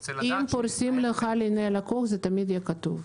רוצה לדעת --- אם פורסים לך לעיני הלקוח זה תמיד יהיה כתוב.